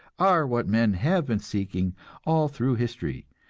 are what men have been seeking all through history,